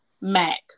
Mac